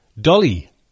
Dolly